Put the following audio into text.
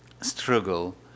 struggle